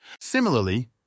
Similarly